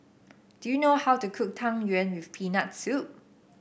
do you know how to cook Tang Yuen with Peanut Soup